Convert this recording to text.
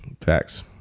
facts